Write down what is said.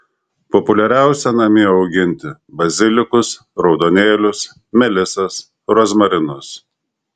populiariausia namie auginti bazilikus raudonėlius melisas rozmarinus